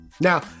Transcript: Now